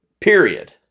period